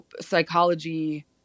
psychology